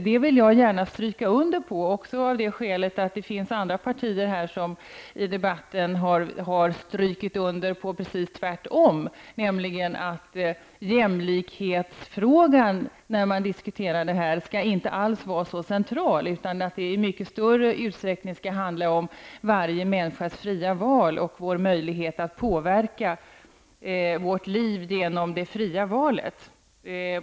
Detta vill jag gärna understryka, också av det skälet att det finns andra partiers företrädare som i debatten har understrukit motsatsen, nämligen att jämlikhetsfrågan inte skall ha en så central plats i denna diskussion, utan diskussionen i större utstäckning skall handla om varje människas fria val och hennes möjlighet att påverka sitt liv genom det fria valet.